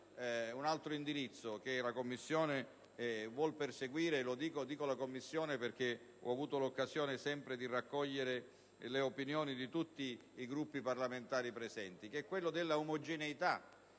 un altro indirizzo che la Commissione vuole perseguire (mi riferisco alla Commissione perché ho sempre l'occasione di raccogliere le opinioni di tutti i Gruppi parlamentari presenti): quello della omogeneità